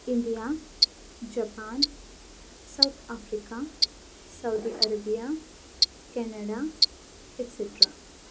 India Japan South Africa Saudi Arabia Canada et cetera